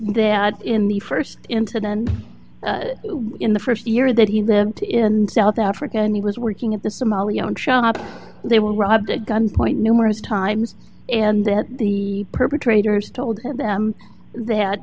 there in the st incident in the st year that he lived in south africa and he was working at the somali on shop they were robbed at gunpoint numerous times and then the perpetrators told them th